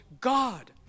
God